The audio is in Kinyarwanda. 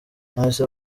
nonese